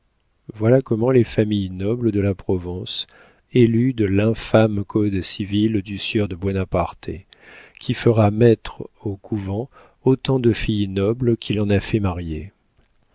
voilà comment les familles nobles de la provence éludent l'infâme code civil du sieur de buonaparte qui fera mettre au couvent autant de filles nobles qu'il en a fait marier